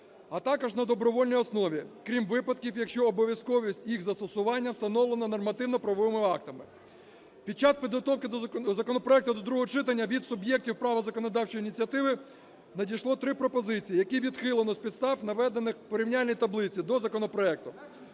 а також на добровільній основі, крім випадків, якщо обов'язковість їх застосування встановлена нормативно-правовими актами. Під час підготовки законопроекту до другого читання від суб'єктів права законодавчої ініціативи надійшло три пропозиції, які відхилено з підстав, наведених в порівняльній таблиці до законопроекту.